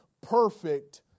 perfect